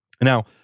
Now